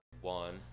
one